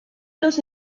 los